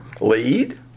Lead